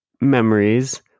memories